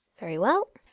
very well!